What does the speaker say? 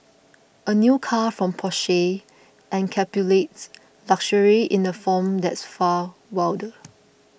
a new car from Porsche encapsulates luxury in a form that's far wilder